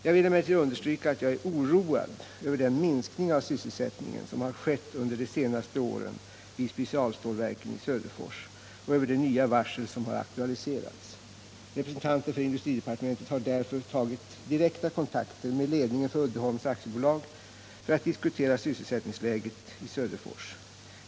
Jag vill emellertid understryka att jag är oroad över den minskning av sysselsättningen som har skett under de senaste åren vid specialstålverken i Söderfors och över de nya varsel som har aktualiserats. Representanter för industridepartementet har därför tagit direkta kontakter med ledningen för Uddeholm AB för att diskutera sysselsättningsläget i Söderfors.